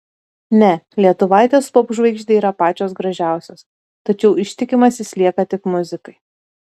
ne lietuvaitės popžvaigždei yra pačios gražiausios tačiau ištikimas jis lieka tik muzikai